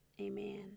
Amen